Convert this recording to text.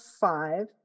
five